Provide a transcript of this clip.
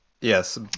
Yes